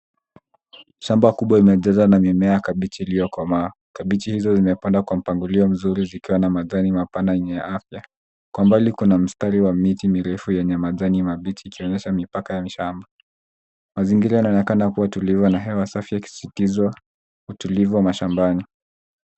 Shamba kubwa imejazwa na mimea ya kabichi iliyokomaa. Kabichi hizo zimepandwa kwa mpangilio mzuri zikiwa na majani mapana yenye afya. Kwa mbali kuna mstari wa miti mirefu yenye majani mabichi ikionyesha mipaka ya shamba. Mazingira yanaonekana kuwa tulivu na hewa safi yakisikizwa utulivu wa mashambani.